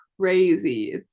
crazy